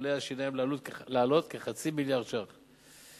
טיפולי השיניים לעלות כחצי מיליארד שקלים,